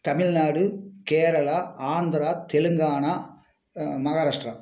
Tamil Nadu Kerala Andhra Telangana Maharashtra